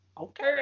Okay